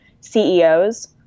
CEOs